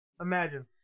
Imagine